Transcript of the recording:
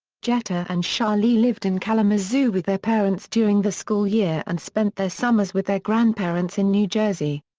jeter and sharlee lived in kalamazoo with their parents during the school year and spent their summers with their grandparents in new jersey.